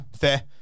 fair